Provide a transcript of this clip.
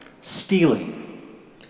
stealing